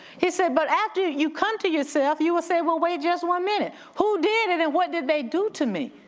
he said, but after you come to yourself, you will say, well wait just one minute, who did it and what did they do to me?